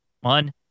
One